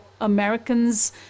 Americans